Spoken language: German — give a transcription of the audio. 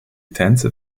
tänze